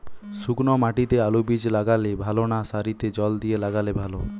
শুক্নো মাটিতে আলুবীজ লাগালে ভালো না সারিতে জল দিয়ে লাগালে ভালো?